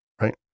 Right